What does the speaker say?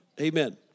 Amen